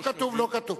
לא כתוב, לא כתוב.